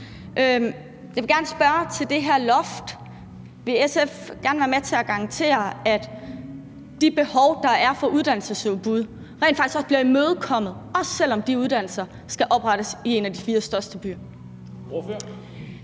Jeg vil gerne spørge til det her loft: Vil SF gerne være med til at garantere, at de behov, der er for uddannelsesudbud, rent faktisk også bliver imødekommet, også selv om de uddannelser skal oprettes i en af de fire største byer?